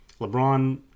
LeBron